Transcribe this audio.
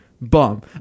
bomb